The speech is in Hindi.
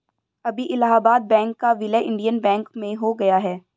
अभी इलाहाबाद बैंक का विलय इंडियन बैंक में हो गया है